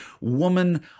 woman